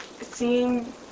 seeing